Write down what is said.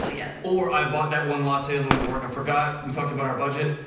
ah yeah or, i bought that one latte on the way to work. i forgot we talked about our budget.